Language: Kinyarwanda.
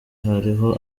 hariho